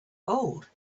old